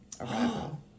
arrival